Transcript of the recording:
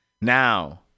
Now